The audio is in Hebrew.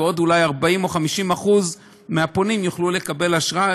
ועוד אולי 40% או 50% מהפונים יוכלו לקבל אשראי,